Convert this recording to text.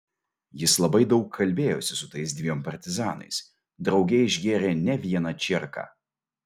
jis labai daug kalbėjosi su tais dviem partizanais drauge išgėrė ne vieną čierką